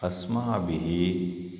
अस्माभिः